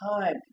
time